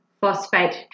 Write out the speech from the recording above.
phosphate